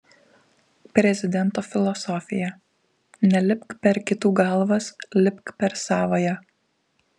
prezidento filosofija nelipk per kitų galvas lipk per savąją